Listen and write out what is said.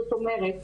זאת אומרת,